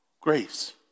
grace